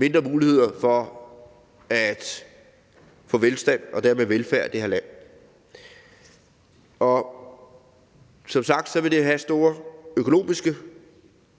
dårligere muligheder for at få velstand og dermed velfærd i det her land. Som sagt vil det have store økonomiske